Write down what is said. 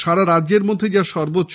সারা রাজ্যের মধ্যে যা সর্বোচ্চ